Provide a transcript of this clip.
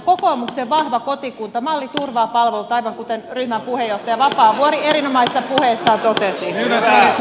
kokoomuksen vahva kotikunta malli turvaa palvelut aivan kuten ryhmän puheenjohtaja vapaavuori erinomaisessa puheessaan totesi